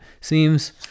seems